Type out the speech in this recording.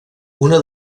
una